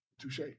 Touche